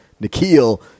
Nikhil